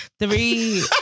Three